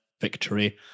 victory